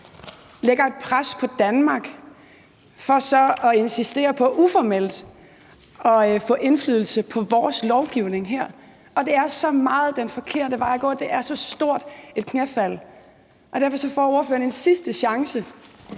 lægger et pres på Danmark for så at insistere på uformelt at få indflydelse på vores lovgivning her. Og det er så meget den forkerte vej at gå, og det er så stort et knæfald, at ordføreren derfor får en sidste chance